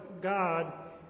God